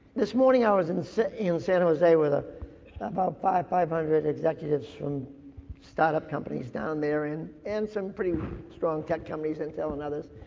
this morning i was in san in san jose with ah about five five hundred executives from start up companies down there and some pretty strong tech companies intel and others,